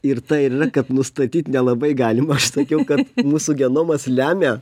ir ta ir kad nustatyt nelabai galima aš sakiau kad mūsų genomas lemia